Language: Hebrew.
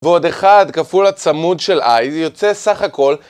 ועוד אחד, כפול הצמוד של i, זה יוצא סך הכל.